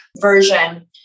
version